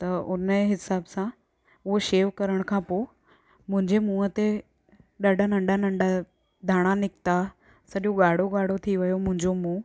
त हुनजे हिसाब सां उहो शेव करण खां पोइ मुंहिंजे मुंहं ते ॾाढा नंढा नंढा दाणा निकिता सॼो ॻाड़ो ॻाड़ो थी वियो मुंहिंजो मुंहुं